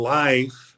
life